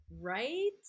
right